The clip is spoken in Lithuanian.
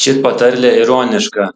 ši patarlė ironiška